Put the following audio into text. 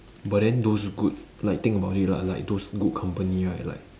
but then those good like think about it lah like those good company right like